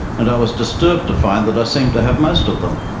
and i was disturbed to find that i seemed to have most of them.